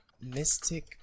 Mystic